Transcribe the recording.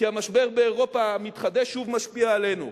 כי המשבר באירופה מתחדש, והוא משפיע עלינו.